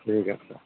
ঠিক আছে